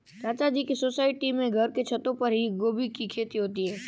चाचा जी के सोसाइटी में घर के छतों पर ही गोभी की खेती होती है